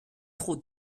trop